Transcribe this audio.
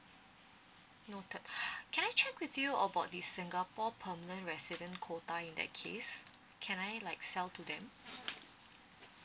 noted can I check with you about the singapore permanent resident quota in that case can I like sell to them